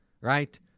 right